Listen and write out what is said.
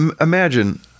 imagine